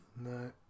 No